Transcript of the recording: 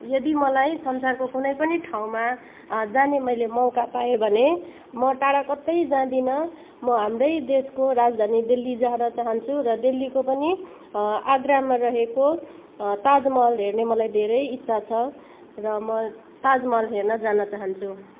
यदि मलाई संसारको कुनै पनि ठाउँमा जाने मैले मौका पाएँ भने म टाढा कतै जाँदिन म हाम्रै देसको राजधानी दिल्ली जान चाहन्छु र दिल्लीको पनि आग्रामा रहेको ताजमहल हेर्ने मलाई धेरै इच्छा छ र म ताजमहल हेर्न जान चाहन्छु